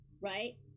right